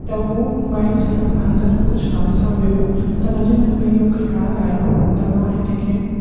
त हू बाइचांस अंदरि कुझु कम सां वियो त मुंहिंजे मन में इहो ख़्यालु आहियो त मां हिन खे